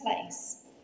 place